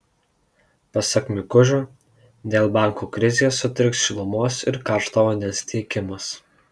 pasak mikužio dėl bankų krizės sutriks šilumos ir karšto vandens tiekimas